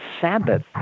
Sabbath